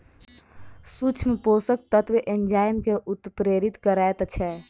सूक्ष्म पोषक तत्व एंजाइम के उत्प्रेरित करैत छै